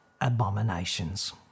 abominations